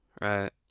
right